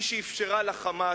מי שאפשרה ל"חמאס"